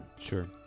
sure